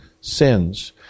sins